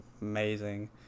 amazing